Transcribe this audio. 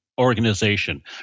organization